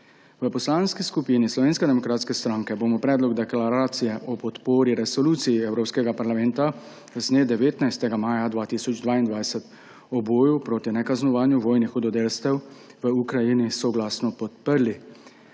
V Poslanski skupini Slovenske demokratske stranke bomo Predlog deklaracije o podpori Resoluciji Evropskega parlamenta z dne 19. maja 2022 o boju proti nekaznovanju vojnih hudodelstev v Ukrajini soglasno podprli.